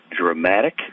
dramatic